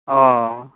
ᱚ